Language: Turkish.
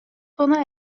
sona